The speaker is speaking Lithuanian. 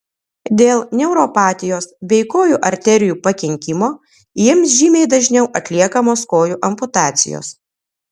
dėl neuropatijos bei kojų arterijų pakenkimo jiems žymiai dažniau atliekamos kojų amputacijos